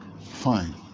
fine